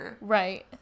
Right